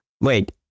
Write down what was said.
Wait